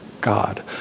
God